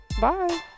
bye